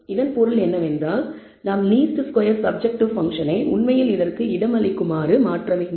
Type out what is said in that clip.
இதன் பொருள் என்னவென்றால் நாம் லீஸ்ட் ஸ்கொயர் சப்ஜெக்ட்டிவ் பங்க்ஷன் ஐ உண்மையில் இதற்கு இடம் அளிக்குமாறு மாற்ற வேண்டும்